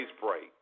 break